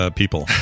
people